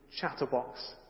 Chatterbox